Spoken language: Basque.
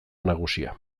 nagusia